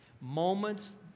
Moments